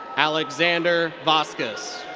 alexander vasquez.